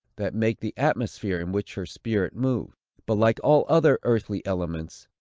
that make the atmosphere in which her spirit moves but like all other earthly elements,